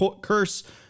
curse